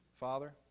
Father